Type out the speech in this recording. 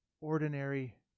ordinary